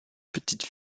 petite